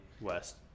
West